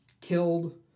killed